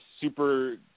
super